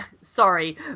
sorry